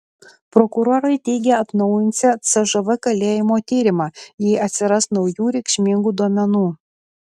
prokurorai teigia atnaujinsią cžv kalėjimo tyrimą jei atsiras naujų reikšmingų duomenų